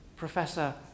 Professor